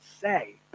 say